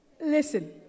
Listen